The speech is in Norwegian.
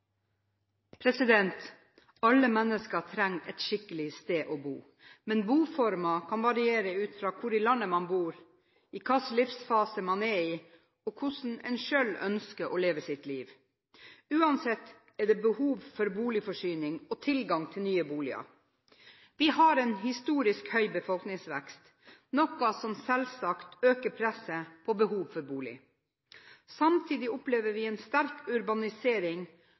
minutter. Alle mennesker trenger et skikkelig sted å bo, men boformer kan variere ut fra hvor i landet man bor, hvilken livsfase man er i, og hvordan en selv ønsker å leve sitt liv. Uansett er det behov for boligforsyning og tilgang til nye boliger. Vi har en historisk høy befolkningsvekst, noe som selvsagt øker presset på behovet for bolig. Samtidig opplever vi en sterk urbanisering